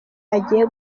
agiye